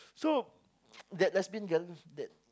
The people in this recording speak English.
so that lesbian girl that